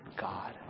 God